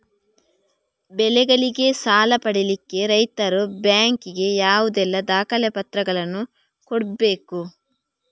ಬೆಳೆಗಳಿಗೆ ಸಾಲ ಪಡಿಲಿಕ್ಕೆ ರೈತರು ಬ್ಯಾಂಕ್ ಗೆ ಯಾವುದೆಲ್ಲ ದಾಖಲೆಪತ್ರಗಳನ್ನು ಕೊಡ್ಬೇಕು?